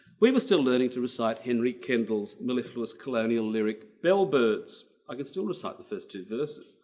we were still learning to recite henry kendall's mellifluous colonial lyric bell birds. i can still recite the first two verses.